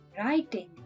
Writing